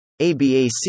ABAC